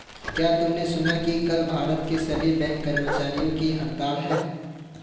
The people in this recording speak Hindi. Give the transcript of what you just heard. क्या तुमने सुना कि कल भारत के सभी बैंक कर्मचारियों की हड़ताल है?